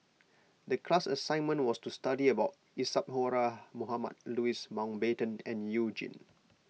the class assignment was to study about Isadhora Mohamed Louis Mountbatten and You Jin